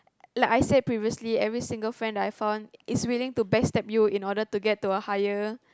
like I said previously every single friend that I found is willing to backstab you in order to get to a higher